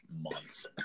months